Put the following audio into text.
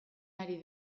ari